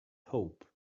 hope